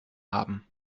haben